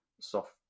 soft